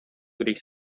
když